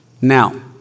now